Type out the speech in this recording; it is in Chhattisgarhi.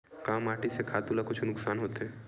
का माटी से खातु ला कुछु नुकसान होथे?